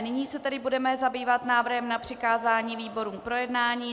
Nyní se tedy budeme zabývat návrhem na přikázání výborům k projednání.